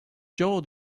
jaw